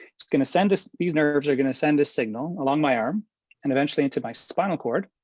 it's going to send us, these nerves are gonna send a signal along my arm and eventually into my spinal cord,